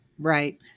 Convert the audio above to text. Right